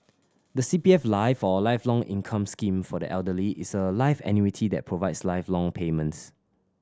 the C P F Life or Lifelong Income Scheme for the Elderly is a life annuity that provides lifelong payments